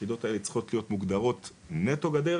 היחידות האלה צריכות להיות מוגדרות נטו גדר